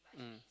mm